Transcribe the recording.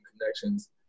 connections